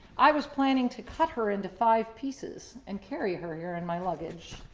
i was planning to cut her into five pieces and carry her here in my luggage,